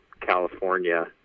California